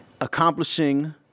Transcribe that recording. accomplishing